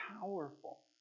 powerful